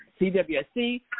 CWSC